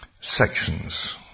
sections